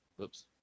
Oops